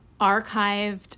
archived